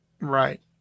Right